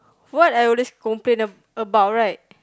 what I always complain ab~ about right